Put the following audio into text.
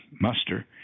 muster